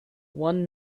one